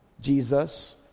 Jesus